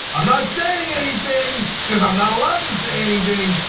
i'm not saying anything because i'm not allowed to say anything.